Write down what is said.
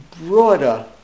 broader